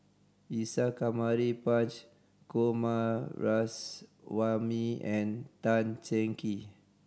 Isa Kamari Punch Coomaraswamy and Tan Cheng Kee